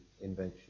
invention